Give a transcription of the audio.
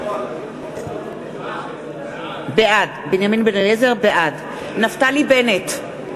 בעד נפתלי בנט,